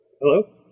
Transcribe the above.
Hello